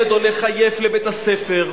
הילד הולך עייף לבית-הספר,